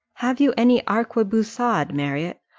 have you any arquebusade, marriott?